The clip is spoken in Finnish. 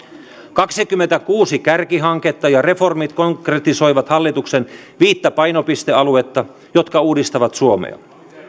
kaksikymmentäkuusi kärkihanketta ja reformit konkretisoivat hallituksen viittä painopistealuetta jotka uudistavat suomea